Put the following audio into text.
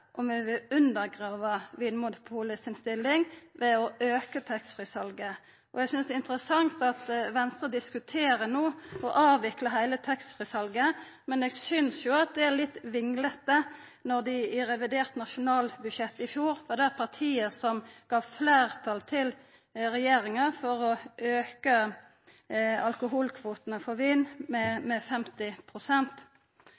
undergrava Vinmonopolet si stilling ved å auka taxfree-salet. Eg synest det er interessant at Venstre no diskuterer å avvikla heile taxfree-salet, men eg synest jo det er litt vinglete, når dei i revidert nasjonalbudsjett i fjor var det partiet som gav fleirtal til regjeringa for å auka alkoholkvotene for vin